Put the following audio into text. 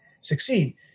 succeed